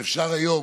אפשר היום